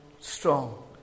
strong